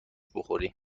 بخوری